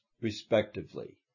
respectively